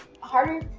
harder